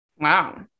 Wow